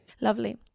Lovely